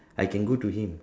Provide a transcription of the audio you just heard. I can go to him